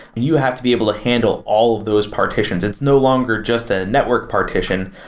you have to be able to handle all of those partitions. it's no longer just a network partition.